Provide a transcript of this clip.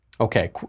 Okay